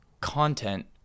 content